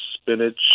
spinach